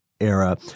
era